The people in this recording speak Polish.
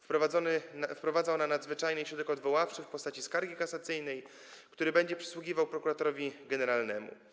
Wprowadza ona nadzwyczajny środek odwoławczy w postaci skargi kasacyjnej, który będzie przysługiwał prokuratorowi generalnemu.